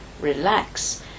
relax